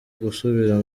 gusubira